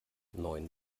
neun